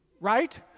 right